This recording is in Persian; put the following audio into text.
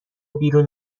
بیرون